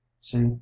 see